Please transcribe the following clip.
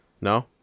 No